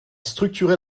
structuré